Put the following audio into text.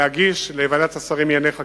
להגיש לוועדת השרים לענייני חקיקה,